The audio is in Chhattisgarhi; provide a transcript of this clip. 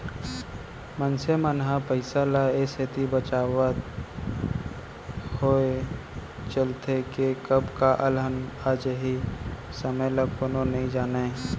मनसे मन ह पइसा ल ए सेती बचाचत होय चलथे के कब का अलहन आ जाही समे ल कोनो नइ जानयँ